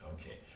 Okay